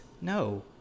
No